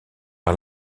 par